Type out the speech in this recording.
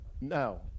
No